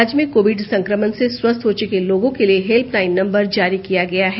राज्य में कोविड संक्रमण से स्वस्थ हो चुके लोगों के लिए हेल्पलाइन नंबर जारी किया गया है